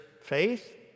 faith